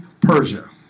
Persia